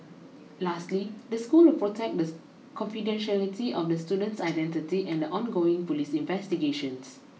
lastly the school will protect the confidentiality of the student's identity and the ongoing police investigations